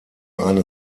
eine